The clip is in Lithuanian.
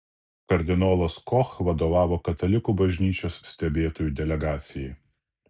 kardinolas koch vadovavo katalikų bažnyčios stebėtojų delegacijai